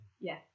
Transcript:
Yes